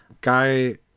Guy